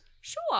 Sure